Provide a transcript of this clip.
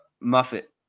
Muffet